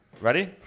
Ready